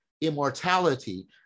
immortality